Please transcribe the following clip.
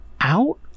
Out